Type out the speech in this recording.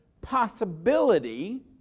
possibility